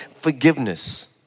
forgiveness